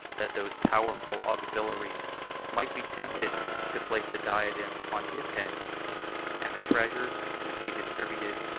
that those powerful auxiliaries might be tempted to place the diadem on his head and the treasures which he distributed,